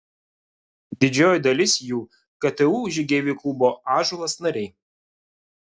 didžioji dalis jų ktu žygeivių klubo ąžuolas nariai